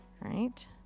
right?